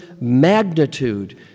magnitude